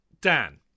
Dan